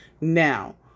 Now